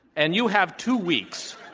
and you have two weeks